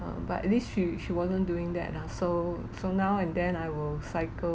uh but at least she she wasn't doing that lah so so now and then I will cycle